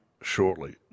shortly